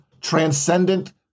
transcendent